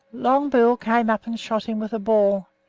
long bill came up and shot him with a ball.